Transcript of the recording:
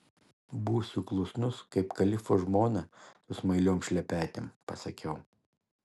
būsiu klusnus kaip kalifo žmona su smailiom šlepetėm pasakiau